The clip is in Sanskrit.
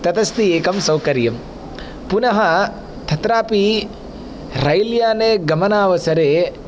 तदस्ति एकं सौकर्यं पुनः तत्रापि रैल् याने गमनावसरे